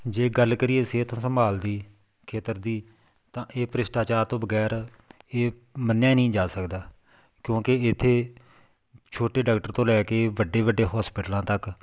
ਜੇ ਗੱਲ ਕਰੀਏ ਸਿਹਤ ਸੰਭਾਲ ਦੀ ਖੇਤਰ ਦੀ ਤਾਂ ਇਹ ਭ੍ਰਿਸ਼ਟਾਚਾਰ ਤੋਂ ਵਗੈਰ ਇਹ ਮੰਨਿਆ ਨਹੀਂ ਜਾ ਸਕਦਾ ਕਿਉਂਕਿ ਇੱਥੇ ਛੋਟੇ ਡਾਕਟਰ ਤੋਂ ਲੈ ਕੇ ਵੱਡੇ ਵੱਡੇ ਹੋਸਪਿਟਲਾਂ ਤੱਕ